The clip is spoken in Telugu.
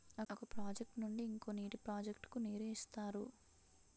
ఒక ప్రాజెక్ట్ నుండి ఇంకో నీటి ప్రాజెక్ట్ కు నీరు ఇస్తారు